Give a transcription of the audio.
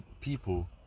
people